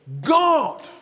God